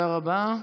תודה רבה.